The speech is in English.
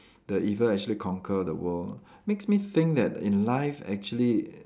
the evil actually conquer the world makes me think that in life actually